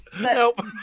Nope